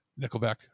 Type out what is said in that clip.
nickelback